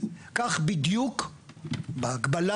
כך בדיוק בהקבלה